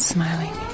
Smiling